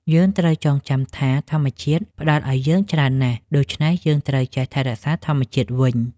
យើងត្រូវចងចាំថាធម្មជាតិផ្តល់ឱ្យយើងច្រើនណាស់ ដូច្នេះយើងត្រូវចេះថែរក្សាធម្មជាតិវិញ។